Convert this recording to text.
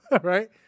right